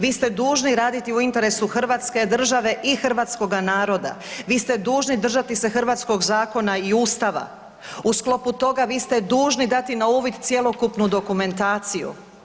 Vi ste dužni raditi u interesu Hrvatske države i hrvatskoga naroda, vi ste dužni držati se hrvatskog zakona i Ustava u sklopu toga vi ste dužni dati na uvid cjelokupnu dokumentaciju.